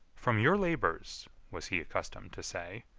from your labors, was he accustomed to say,